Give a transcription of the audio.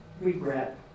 regret